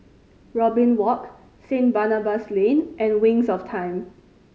Robin Walk Saint Barnabas Lane and Wings of Time